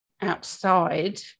outside